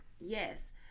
Yes